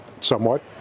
somewhat